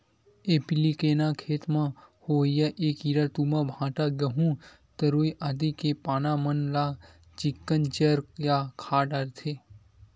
एपीलेकना खेत म होवइया ऐ कीरा तुमा, भांटा, गहूँ, तरोई आदि के पाना मन ल चिक्कन चर या खा डरथे